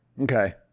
Okay